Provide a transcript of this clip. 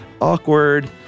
Awkward